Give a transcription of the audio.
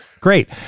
Great